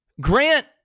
Grant